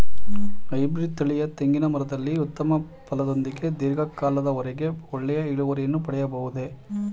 Hybrid ತಳಿಯ ತೆಂಗಿನ ಮರದಲ್ಲಿ ಉತ್ತಮ ಫಲದೊಂದಿಗೆ ಧೀರ್ಘ ಕಾಲದ ವರೆಗೆ ಒಳ್ಳೆಯ ಇಳುವರಿಯನ್ನು ಪಡೆಯಬಹುದೇ?